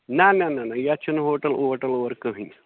نہ نہ نہ نہ یَتھ چھِنہٕ ہوٹَل ووٹَل اورٕ کٕہۭنۍ